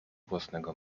własnego